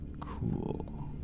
Cool